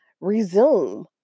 resume